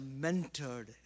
mentored